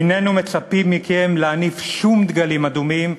איננו מצפים מכם להניף שום דגלים אדומים,